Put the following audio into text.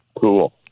Cool